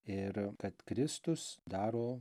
ir kad kristus daro